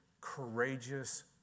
courageous